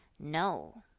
no.